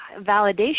validation